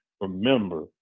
Remember